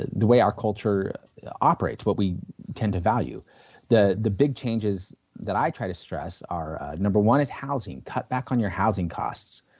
the way our culture operates, what we tend to value the the big changes that i try to stress are number one is housing, cut back on your housing costs.